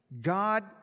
God